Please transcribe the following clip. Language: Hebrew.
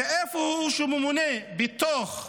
ואיפה שהוא ממונה בתוך המדינה,